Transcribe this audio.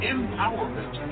Empowerment